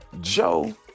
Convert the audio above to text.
Joe